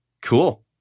cool